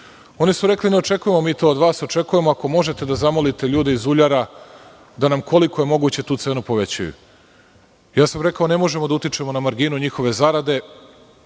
30.Oni su rekli – ne očekujemo mi to od vas, očekujemo ako možete da zamolite ljude iz uljara da nam koliko je moguće tu cenu povećaju. Rekao sam da ne možemo da utičemo na marginu njihove zarade,